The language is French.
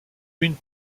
une